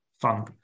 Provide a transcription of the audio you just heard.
Fun